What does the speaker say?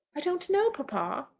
i don't know, papa.